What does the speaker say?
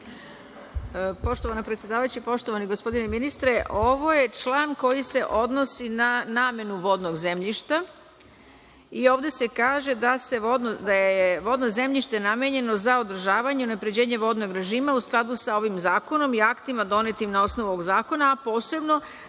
Poštovana predsedavajuća i poštovani gospodine ministre, ovo je član koji se odnosi na namenu vodnog zemljišta. Ovde se kaže da je vodno zemljište namenjeno za održavanje i unapređenje vodnog režima u skladu sa ovim zakonom i aktima donetim na osnovu ovog zakona, a posebno